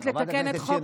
חברת הכנסת שיר.